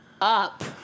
up